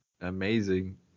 Amazing